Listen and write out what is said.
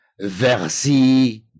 Versi